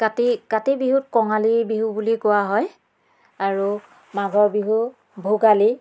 কাতি কাতি বিহুক কঙালী বিহু বুলি কোৱা হয় আৰু মাঘৰ বিহু ভোগালী